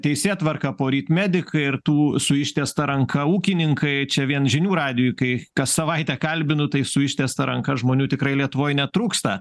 teisėtvarka poryt medikai ir tų su ištiesta ranka ūkininkai čia vien žinių radijui kai kas savaitę kalbinu tai su ištiesta ranka žmonių tikrai lietuvoj netrūksta